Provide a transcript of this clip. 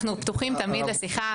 אנחנו תמיד פתוחים לשיחה,